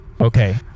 Okay